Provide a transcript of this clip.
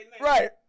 Right